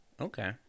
Okay